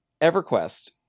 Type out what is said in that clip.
EverQuest